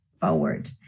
forward